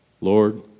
Lord